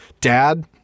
Dad